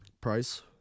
Price